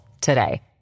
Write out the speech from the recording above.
today